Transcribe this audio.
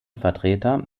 vertreter